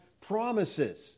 promises